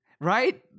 Right